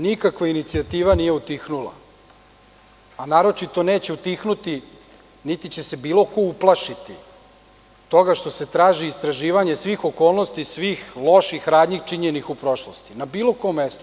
Nikakva inicijativa nije utihnula, a naročito neće utihnuti, niti će se bilo ko uplašiti toga što se traži istraživanje svih okolnosti, svih loših radnji činjenih u prošlosti, na bilo kom mestu.